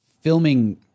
filming